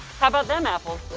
how about them apples?